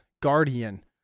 guardian